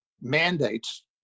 mandates